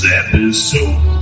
episode